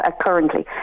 currently